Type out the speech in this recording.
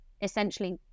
essentially